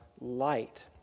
light